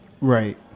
Right